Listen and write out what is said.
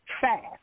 FAST